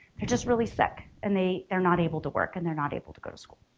they're just really sick and they they're not able to work and they're not able to go to school.